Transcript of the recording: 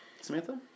Samantha